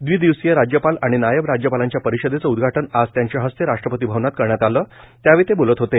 दवि दिवसीय राज्यपाल आणि नायब राज्यपालांच्या परिषदेचं उदघाटन आज त्यांच्या हस्ते राष्ट्रपती भवनात करण्यात आलं त्यावेळी ते बोलत होते